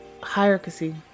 hierarchy